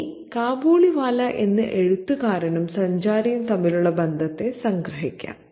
ഇനി കാബൂളിവാല എന്ന എഴുത്തുകാരനും സഞ്ചാരിയും തമ്മിലുള്ള ബന്ധത്തെ സംഗ്രഹിക്കാം